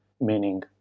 meaning